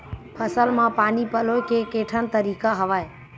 फसल म पानी पलोय के केठन तरीका हवय?